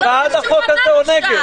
איתן, אתם בעד החוק הזה או נגד?